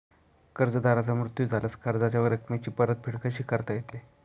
कर्जदाराचा मृत्यू झाल्यास कर्जाच्या रकमेची परतफेड कशी करता येते?